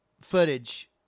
footage